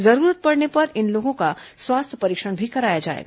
जरूरत पड़ने पर इन लोगों का स्वास्थ्य परीक्षण भी कराया जाएगा